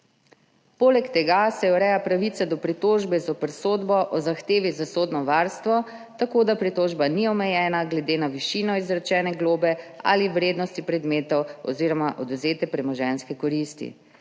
Poleg tega se ureja pravica do pritožbe zoper sodbo o zahtevi za sodno varstvo tako, da pritožba ni omejena glede na višino izrečene globe ali vrednosti predmetov oziroma odvzete premoženjske koristi.